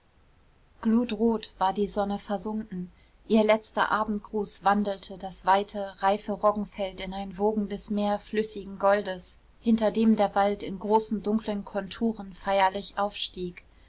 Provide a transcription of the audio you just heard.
glutrot war die sonne versunken ihr letzter abendgruß wandelte das weite reife roggenfeld in ein wogendes meer flüssigen goldes hinter dem der wald in großen dunklen konturen feierlich aufstieg